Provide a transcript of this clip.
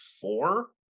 four